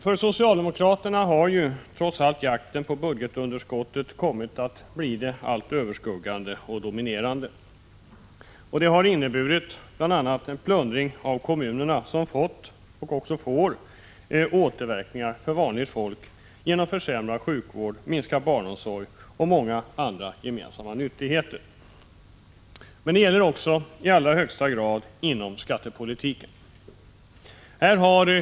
För socialdemokraterna har jakten på budgetunderskottet kommit att bli det allt överskuggande och dominerande. Det har bl.a. inneburit en plundring av kommunerna som fått, och får, återverkningar för vanligt folk genom försämrad sjukvård, minskad barnomsorg och försämringar av många andra gemensamma nyttigheter. Detta gäller också i allra högsta grad inom skattepolitiken.